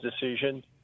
decision